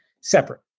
separate